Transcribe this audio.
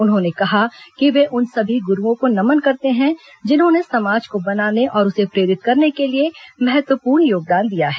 उन्होंने कहा कि वे उन सभी गुरूओं को नमन करते हैं जिन्होंने समाज को बनाने और उसे प्रेरित करने के लिए महत्वपूर्ण योगदान दिया है